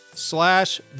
Slash